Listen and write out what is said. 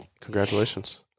Congratulations